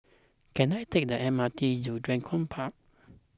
can I take the M R T to Draycott Park